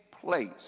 place